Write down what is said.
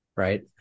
right